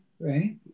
Right